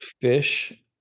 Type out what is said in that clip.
Fish